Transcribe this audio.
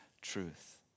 truth